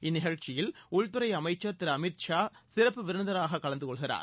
இந்நிகழ்ச்சியில் உள்துறை அமைச்சர் திரு அமித் ஷா சிறப்பு விருந்தினராகக் கலந்து கொள்கிறார்